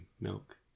milk